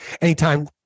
Anytime